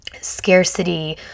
scarcity